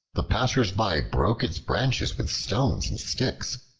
the passers-by broke its branches with stones and sticks.